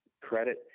credit